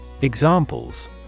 Examples